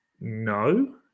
no